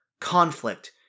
conflict